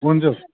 हुन्छ